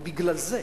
ובגלל זה,